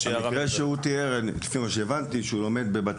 מהמקרה שהוא תיאר הבנתי שהוא למד בבית